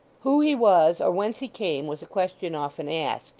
who he was, or whence he came, was a question often asked,